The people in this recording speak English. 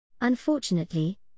Unfortunately